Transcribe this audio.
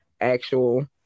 actual